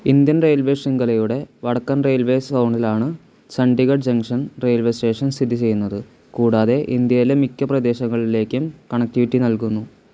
Indian railway ശൃംഖലയുടെ വടക്കൻ railway സോണിലാണ് ചണ്ഡീഗഡ് ജംഗ്ഷൻ റെയിൽവേ സ്റ്റേഷൻ സ്ഥിതി ചെയ്യുന്നത് കൂടാതെ ഇൻഡ്യയിലെ മിക്ക പ്രദേശങ്ങളിലേക്കും കണക്റ്റിവിറ്റി നൽകുന്നു